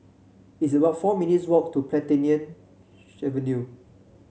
it's about four minutes' walk to Plantation Avenue